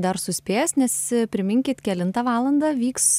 dar suspės nes priminkit kelintą valandą vyks